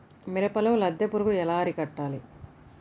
మిరపలో లద్దె పురుగు ఎలా అరికట్టాలి?